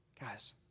Guys